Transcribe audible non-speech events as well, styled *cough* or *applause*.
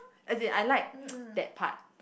as in I like *noise* that part